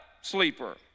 sleeper